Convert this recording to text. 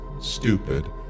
stupid